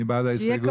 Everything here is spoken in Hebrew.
מי בעד ההסתייגות?